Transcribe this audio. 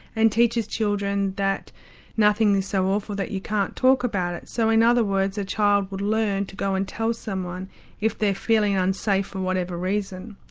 and teaches children that nothing is so awful that you can't talk about it. so in other words, a child would learn to go and tell someone if they're feeling unsafe for whatever reason.